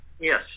Yes